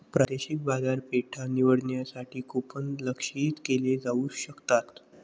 प्रादेशिक बाजारपेठा निवडण्यासाठी कूपन लक्ष्यित केले जाऊ शकतात